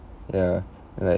ya like